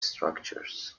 structures